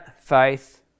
faith